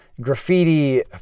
graffiti